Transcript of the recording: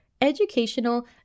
Educational